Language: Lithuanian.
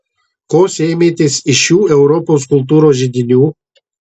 ko sėmėtės iš šių europos kultūros židinių